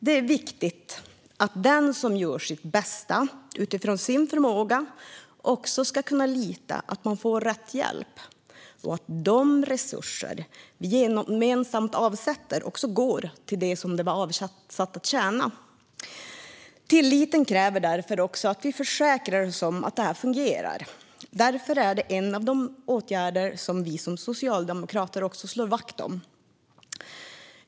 Det är viktigt att den som gör sitt bästa utifrån sin förmåga ska kunna lita på att den får rätt hjälp och att de resurser vi gemensam avsätter också går till det de var avsedda att tjäna. Tilliten kräver därför att vi försäkrar oss om att det fungerar. Därför är det en av de åtgärder som vi som socialdemokrater slår vakt om.